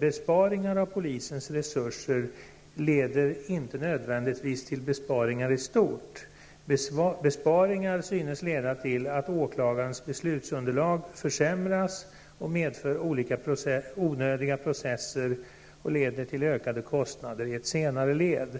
Besparingar av polisens resurser leder nödvändigtvis inte till besparingar i stort. Besparingar synes leda till att åklagarnas beslutsunderlag försämras. Det medför onödiga processer och leder till ökade kostnader i ett senare led.